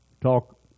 talk